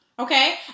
Okay